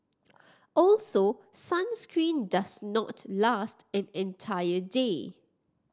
also sunscreen does not last an entire day